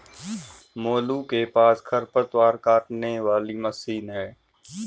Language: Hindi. मोलू के पास खरपतवार काटने वाली मशीन है